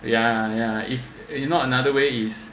ya ya if not another way is